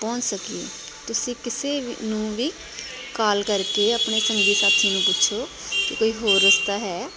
ਪਹੁੰਚ ਸਕੀਏ ਤੁਸੀਂ ਕਿਸੇ ਨੂੰ ਵੀ ਕਾਲ ਕਰਕੇ ਆਪਣੇ ਸੰਗੀ ਸਾਥੀ ਨੂੰ ਪੁੱਛੋ ਕਿ ਕੋਈ ਹੋਰ ਰਸਤਾ ਹੈ